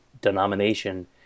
denomination